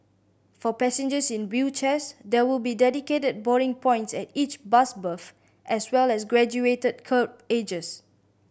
for passengers in wheelchairs there will be dedicated boarding points at each bus berth as well as graduated kerb edges